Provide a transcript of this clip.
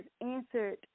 answered